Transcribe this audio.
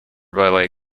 ballet